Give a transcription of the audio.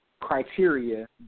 criteria